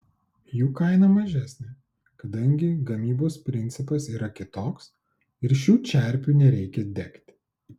jų kaina mažesnė kadangi gamybos principas yra kitoks ir šių čerpių nereikia degti